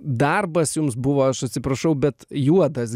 darbas jums buvo aš atsiprašau bet juodas